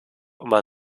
immer